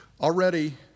Already